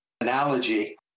analogy